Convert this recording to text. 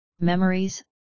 memories